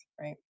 Right